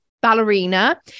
ballerina